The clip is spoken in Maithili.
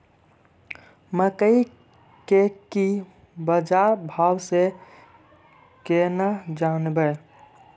मकई के की बाजार भाव से केना जानवे?